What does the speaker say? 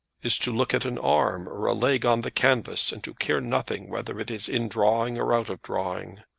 is to look at an arm or a leg on the canvas, and to care nothing whether it is in drawing, or out of drawing.